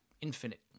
infinite